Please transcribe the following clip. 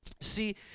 See